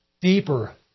deeper